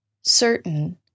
certain